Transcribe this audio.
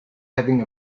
having